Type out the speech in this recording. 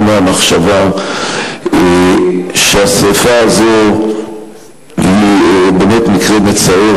מהמחשבה שהשרפה הזאת היא באמת מקרה מצער,